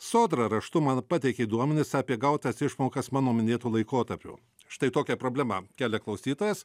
sodra raštu man pateikė duomenis apie gautas išmokas mano minėtu laikotarpiu štai tokia problema kelia klausytojas